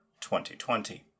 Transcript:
2020